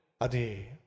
Adi